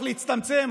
צריך להצטמצם,